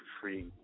Free